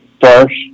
first